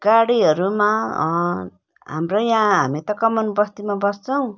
गाडीहरूमा हाम्रो त यहाँ कमान बस्तीमा बस्छौँ